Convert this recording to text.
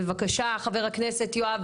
בבקשה, חבר הכנסת יואב